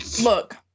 Look